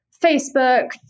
Facebook